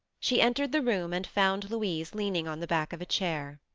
she entered the room and found louise leaning on the back of a chair.